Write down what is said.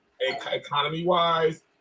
economy-wise